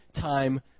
time